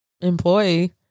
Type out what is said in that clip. employee